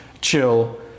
chill